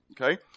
okay